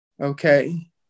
Okay